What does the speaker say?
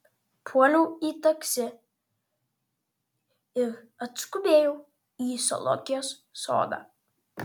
puoliau į taksi ir atskubėjau į zoologijos sodą